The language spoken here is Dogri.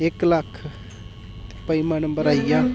इक लक्ख ते पंजमां नम्बर आई गेआ